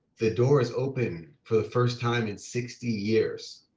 the door is open for the first time in sixty years,